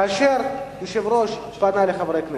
כאשר היושב-ראש פנה אל חברי הכנסת,